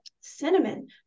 cinnamon